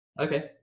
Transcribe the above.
okay